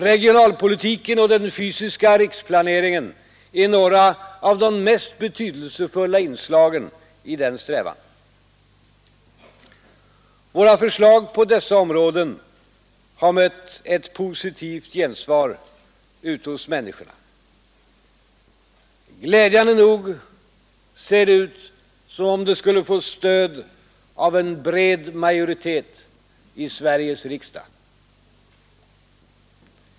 Regionalpolitiken och den fysiska riksplaneringen är några av de mest betydelsefulla inslagen i denna strävan. Våra förslag på dessa områden har mött ett positivt gensvar ute hos människorna. Glädjande nog ser det ut som om de skulle få stöd av en bred majoritet i Sveriges riksdag.